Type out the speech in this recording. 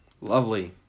lovely